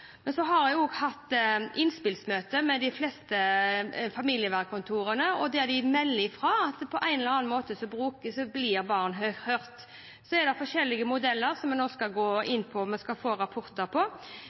Jeg har hatt innspillsmøte med de fleste familievernkontorene der de melder om at på en eller annen måte blir barn hørt. Så er det forskjellige modeller som vi nå skal gå inn på og få rapporter om, men det er også viktig, som representanten Aasrud var inne på,